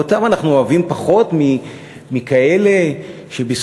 ואותם אנחנו אוהבים פחות מאשר את אלה שבזכות